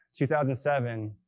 2007